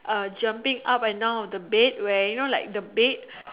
uh jumping up and down on the bed where you know like the bed